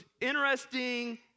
interesting